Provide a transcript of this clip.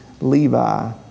Levi